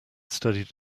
studied